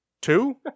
two